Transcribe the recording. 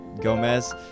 Gomez